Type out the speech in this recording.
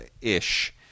ish